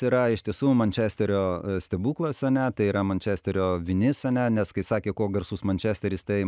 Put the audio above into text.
yra iš tiesų mančesterio stebuklas ane tai yra mančesterio vinis ane nes kai sakė kuo garsus mančesteris tai